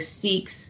seeks